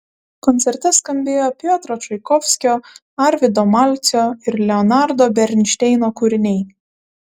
koncerte skambėjo piotro čaikovskio arvydo malcio ir leonardo bernšteino kūriniai